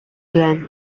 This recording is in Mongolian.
байна